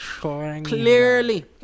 Clearly